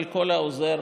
אבל כל העוזר